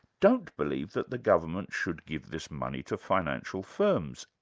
don't believe that the government should give this money to financial firms,